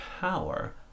power